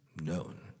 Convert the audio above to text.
known